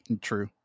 True